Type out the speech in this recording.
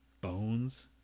Bones